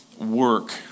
work